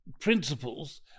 principles